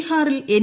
ബീഹാറിൽ എൻ